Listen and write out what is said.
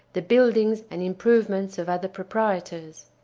the buildings and improvements of other proprietors.